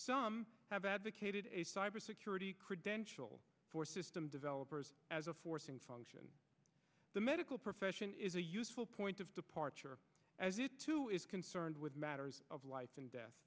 some have advocated a cybersecurity credential for system developers as a forcing function the medical profession is a useful point of departure to is concerned with matters of life and death